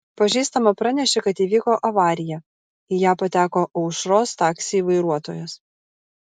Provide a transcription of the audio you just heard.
pažįstama pranešė kad įvyko avarija į ją pateko aušros taksiai vairuotojas